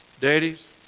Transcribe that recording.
daddies